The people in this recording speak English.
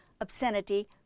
obscenity